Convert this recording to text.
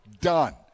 Done